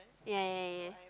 ya ya ya